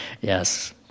Yes